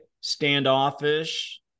Standoffish